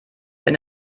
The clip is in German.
wenn